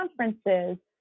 conferences